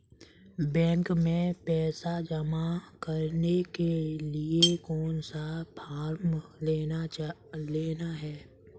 Bank में पैसा जमा करने के लिए कौन सा फॉर्म लेना है?